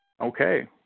okay